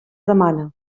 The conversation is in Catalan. demana